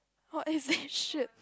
oh what is this shit